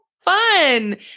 fun